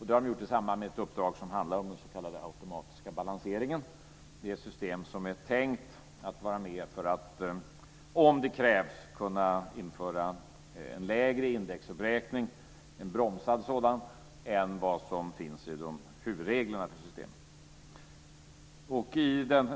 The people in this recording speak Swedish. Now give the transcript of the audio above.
Det har de gjort i samband med ett uppdrag som handlar om den s.k. automatiska balanseringen, det system som är tänkt att vara med för att om det krävs kunna införa en lägre indexuppräkning, en bromsad sådan, än vad som finns i huvudreglerna för systemet.